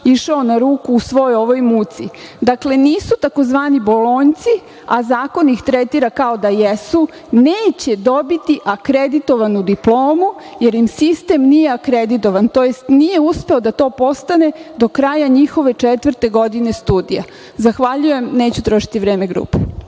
išao na ruku u svoj ovoj muci. Dakle, nisu tzv. bolonjci, a zakon ih tretira kao da jesu, neće dobiti akreditovanu diplomu, jer im sistem nije akreditovan tj. nije uspeo da to postane do kraja njihove četvrte godine studija. Zahvaljujem. Neću trošiti vreme grupe.